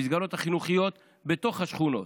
המסגרות החינוכיות בתוך השכונות.